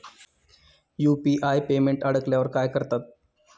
UPI payment अडकल्यावर काय करतात?